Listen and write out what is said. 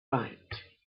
right